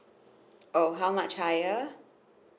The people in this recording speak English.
oh how much higher